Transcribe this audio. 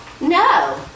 no